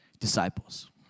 disciples